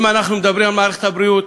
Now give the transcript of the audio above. אם אנחנו מדברים על מערכת הבריאות,